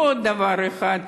ועוד דבר אחד,